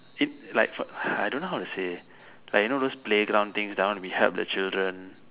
if like for I don't know how to say like you know those playground things that one we help the children